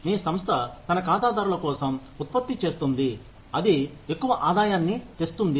మీ సంస్థ తన ఖాతాదారుల కోసం ఉత్పత్తి చేస్తుంది అది ఎక్కువ ఆదాయాన్నితెస్తుంది